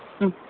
ಹ್ಞೂ